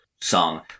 song